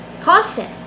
Constant